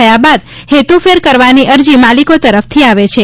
થયા બાદ હેતુ ફેર કરવાની અરજી માલિકો તરફથી આવે છે